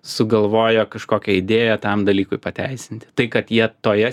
sugalvoja kažkokią idėją tam dalykui pateisinti tai kad jie toje